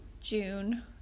June